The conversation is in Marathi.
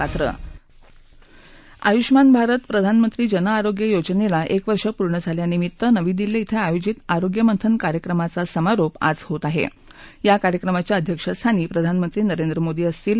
पात्र आयुष्मान भारत प्रधानमंत्री जनआरोग्य योजनेला एक वर्ष पूर्ण झाल्यानिमित्त नवी दिल्ली धिं आयोजित आरोग्य मंथन कार्यक्रमाचा समारोप आज होत आहे या कार्यक्रमाच्या अध्यक्षस्थानी प्रधाननंत्री नरेंद्र मोदी असतील